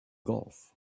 golf